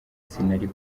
sinari